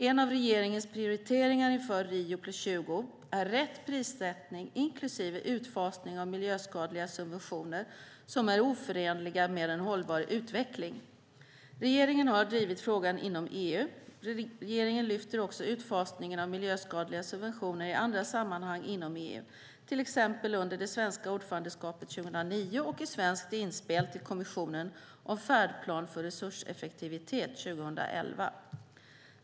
En av regeringens prioriteringar inför Rio + 20 är rätt prissättning inklusive utfasning av miljöskadliga subventioner som är oförenliga med en hållbar utveckling. Regeringen har drivit frågan inom EU. Regeringen lyfter också utfasningen av miljöskadliga subventioner i andra sammanhang inom EU, till exempel under det svenska ordförandeskapet 2009 och i svenskt inspel till Kommissionen om färdplan för resurseffektivitet 2011.